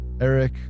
Eric